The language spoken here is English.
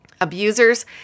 abusers